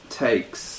takes